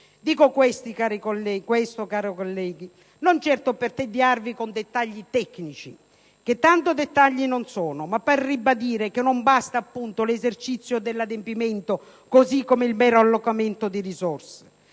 Dico questo, cari colleghi, non certo per tediarvi con dettagli tecnici, che tanto dettagli non sono, ma per ribadire che non basta l'esercizio dell'adempimento così come LA mera allocazione di risorse;